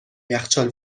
یخچال